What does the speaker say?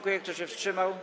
Kto się wstrzymał?